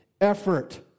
effort